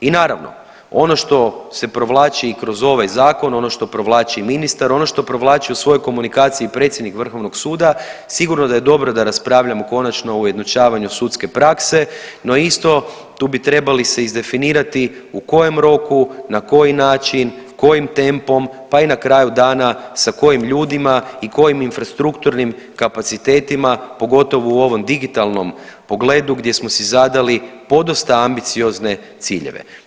I naravno, ono što se provlači i kroz ovaj zakon, ono što provlači i ministar, ono što provlači u svojoj komunikaciji i predsjednik vrhovnog suda sigurno je da dobro da raspravljamo konačno o ujednačavanju sudske prakse, no isto tu trebali bi se isdefinirati u kojem roku, na koji način, kojim tempom, pa i na kraju dana sa kojim ljudima i kojim infrastrukturnim kapacitetima pogotovo u ovom digitalnom pogledu gdje smo si zadali podosta ambiciozne ciljeve.